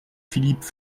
philippe